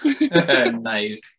nice